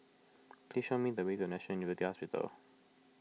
please show me the way to National University Hospital